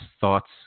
thoughts